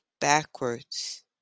backwards